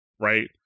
right